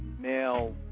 male